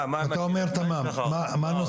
מה הדבר הנוסף?